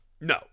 no